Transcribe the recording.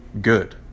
good